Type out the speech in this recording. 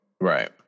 right